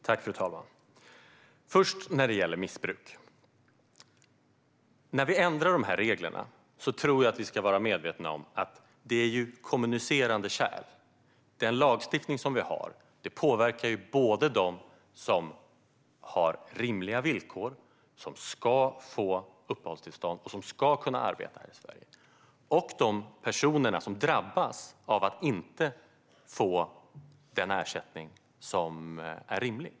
Fru talman! Först när det gäller missbruk: När vi ändrar reglerna ska vi vara medvetna om att det är kommunicerande kärl. Lagstiftningen påverkar ju både dem som har rimliga villkor, som ska få uppehållstillstånd och ska kunna arbeta här i Sverige, och de personer som drabbas av att inte få en ersättning som är rimlig.